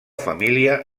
família